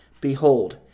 Behold